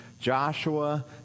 Joshua